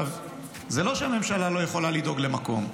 זה לא שהממשלה לא יכולה לדאוג למקום.